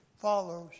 follows